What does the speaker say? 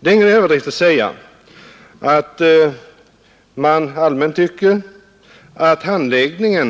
Det är ingen överdrift att säga att man allmänt tycker att SJ:s handläggning